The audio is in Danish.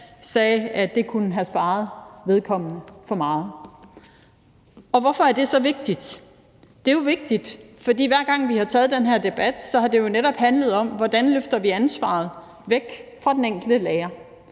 sagde, at det kunne have sparet vedkommende for meget. Og hvorfor er det så vigtigt? Det er jo vigtigt, for hver gang vi har taget den her debat, har det jo netop handlet om, hvordan vi løfter ansvaret væk fra den enkelte lærer,